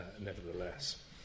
nevertheless